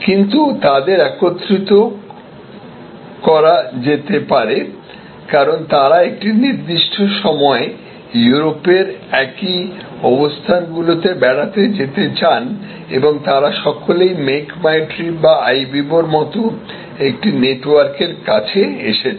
কিন্তু তাদের একত্রিত করা যেতে পারে কারণ তারা একটি নির্দিষ্ট সময়ে ইউরোপের একই অবস্থানগুলিতে বেড়াতে যেতে চান এবং তারা সকলেই মেক মাই ট্রিপ বা আইবিবো এর মতো একটি নেটওয়ার্কের কাছে এসেছেন